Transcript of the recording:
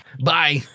Bye